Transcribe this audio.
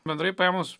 bendrai paėmus